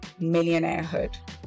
millionairehood